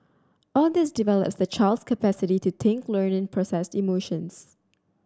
all this develops the child's capacity to think learn and process emotions